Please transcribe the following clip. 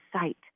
sight